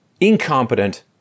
incompetent